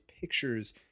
pictures